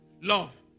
Love